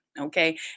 Okay